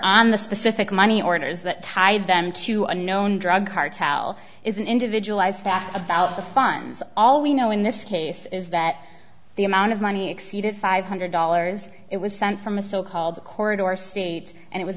specific money orders that tied them to a known drug cartel is an individualized fact about the funds all we know in this case is that the amount of money exceeded five hundred dollars it was sent from a so called corridor or state and it was